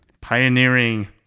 pioneering